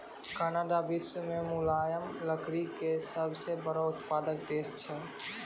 Canada विश्व मॅ मुलायम लकड़ी के सबसॅ बड़ो उत्पादक देश छै